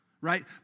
right